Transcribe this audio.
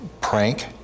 prank